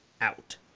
out